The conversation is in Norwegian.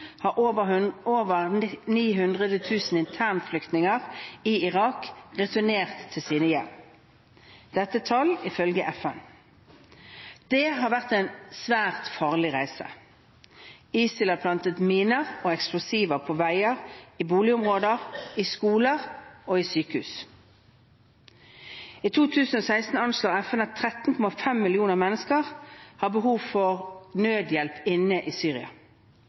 har over 900 000 internflyktninger i Irak returnert til sine hjem, ifølge FN. Det har vært en svært farlig reise. ISIL har plantet miner og eksplosiver på veier og i boligområder, skoler og sykehus. I 2016 anslår FN at 13,5 millioner mennesker har behov for nødhjelp inne i Syria.